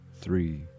three